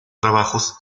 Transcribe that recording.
trabajos